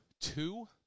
two